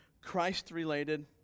Christ-related